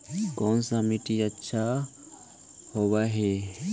कोन सा मिट्टी अच्छा होबहय?